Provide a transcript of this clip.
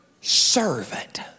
servant